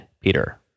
Peter